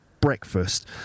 breakfast